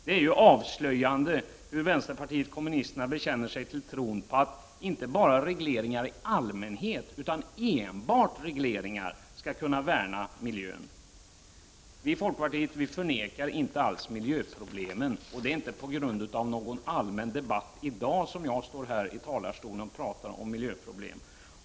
Det är avslöjande hur vänsterpartiet kommunisterna bekänner sig till tron på inte bara regleringar i allmänhet, utan att enbart regleringar skall kunna värna miljön. I folkpartiet förnekar vi inte alls miljöproblemet. Det är inte på grund av någon allmän debatt i dag som jag står här i talarstolen och talar om miljöproblem.